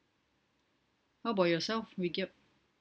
what about yourself wee geok